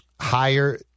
higher –